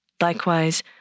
Likewise